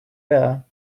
better